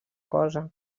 cosa